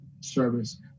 service